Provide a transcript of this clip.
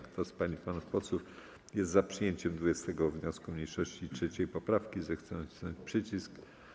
Kto z pań i panów posłów jest za przyjęciem 20. wniosku mniejszości i 3. poprawki, zechce nacisnąć przycisk.